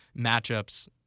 matchups